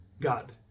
God